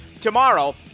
tomorrow